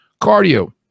Cardio